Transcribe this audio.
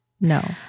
No